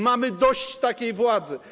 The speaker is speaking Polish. Mamy dość takiej władzy.